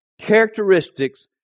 characteristics